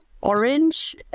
orange